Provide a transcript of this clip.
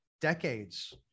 decades